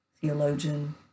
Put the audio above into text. Theologian